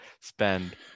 spend